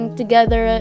together